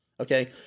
Okay